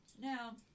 Now